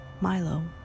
Milo